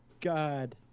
god